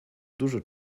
dużo